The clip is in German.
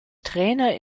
trainer